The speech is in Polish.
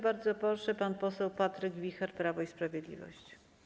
Bardzo proszę, pan poseł Patryk Wicher, Prawo i Sprawiedliwość.